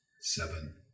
seven